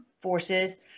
forces